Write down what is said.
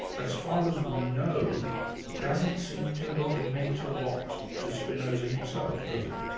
as far as we know doesn't seem to have meant a lot to spinoza himself, does it?